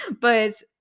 But-